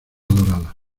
dorada